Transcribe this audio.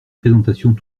présentations